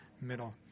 middle